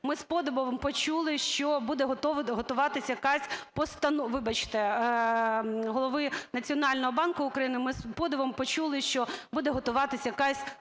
ми з подивом почули, що буде готуватися якась постанова... Вибачте, Голови Національного банку України. Ми з подивом почули, що буде готуватися якась постанова.